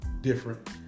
different